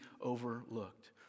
overlooked